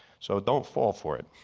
so don't fall for it.